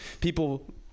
people